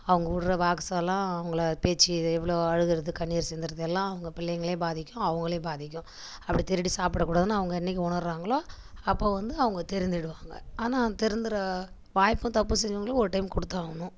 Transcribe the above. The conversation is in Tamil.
அவங்க உற்ற வாக்குசெல்லாம் அவங்கள பேச்சு இது எவ்வளோ அழுகுறது கண்ணீர் சிந்துகிறது எல்லாம் அவங்க பிள்ளைங்களையும் பாதிக்கும் அவங்களையும் பாதிக்கும் அப்படி திருடி சாப்பிட கூடாதுன்னு அவங்க என்றைக்கு உணர்கிறாங்களோ அப்போ வந்து அவங்க திருந்திடுவாங்க ஆனால் திருந்துகிற வாய்ப்பும் தப்பு செஞ்சவங்களுக்கு ஒரு டைம் கொடுத்து ஆகணும்